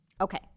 Okay